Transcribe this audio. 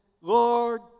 Lord